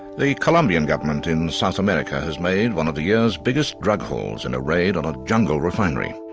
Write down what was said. the colombian government in south america has made one of the year's biggest drug hauls in a raid on a jungle refinery.